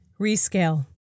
Rescale